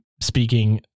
speaking